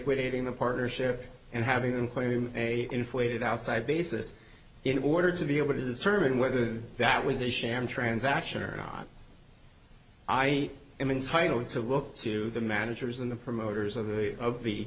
equating the partnership and having them claim a inflated outside basis in order to be able to determine whether that was a sham transaction or not i am entitled to look to the managers and the promoters of the of the